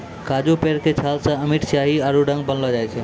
काजू पेड़ के छाल सॅ अमिट स्याही आरो रंग बनैलो जाय छै